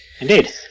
Indeed